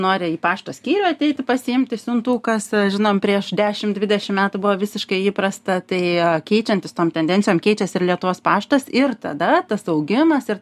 nori į pašto skyrių ateiti pasiimti siuntų kas žinom prieš dešim dvidešim metų buvo visiškai įprasta tai keičiantis tom tendencijom keičiasi ir lietuvos paštas ir tada tas staugimas ir